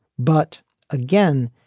but again,